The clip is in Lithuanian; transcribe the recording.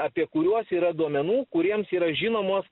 apie kuriuos yra duomenų kuriems yra žinomos